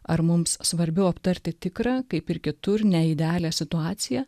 ar mums svarbiau aptarti tikrą kaip ir kitur neidealią situaciją